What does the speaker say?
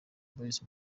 boys